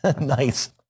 Nice